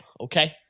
Okay